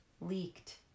leaked